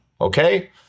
okay